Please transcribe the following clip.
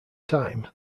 time